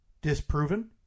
disproven